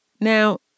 Now